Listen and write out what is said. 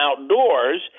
outdoors